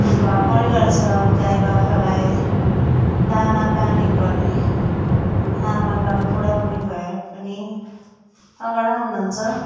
घर परिवार छ गाई बाख्रालाई दानापानी गर्ने आमाबाबा बुढाबुढी भए पनि तगडा हुनुहुन्छ